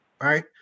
right